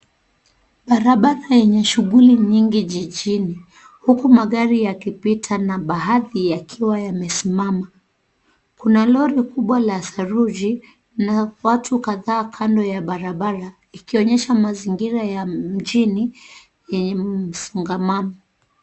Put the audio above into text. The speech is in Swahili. Barabara yenye shughuli nyingi jijini huku magari yakipita na baadhi yakiwa yamesimama. Kuna lori kubwa la saruji na watu kadhaa kando ya barabara ikionyesha mazingira ya mjini yenye msongamano.